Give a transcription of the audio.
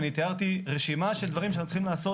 אני תיארתי רשימה של דברים שאנחנו צריכים לעשות